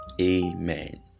Amen